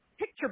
picture